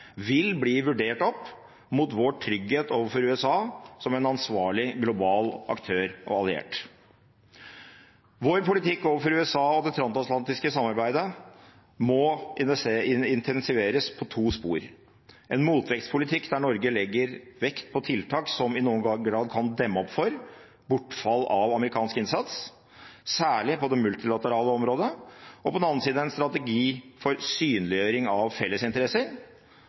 vil bli vurdert opp mot vår trygghet overfor USA som en ansvarlig global aktør og alliert. Vår politikk overfor USA og det transatlantiske samarbeidet må intensiveres på to spor: på den ene siden en motvektspolitikk der Norge legger vekt på tiltak som i noen grad kan demme opp for bortfall av amerikansk innsats, særlig på det multilaterale området på den andre siden en strategi for synliggjøring av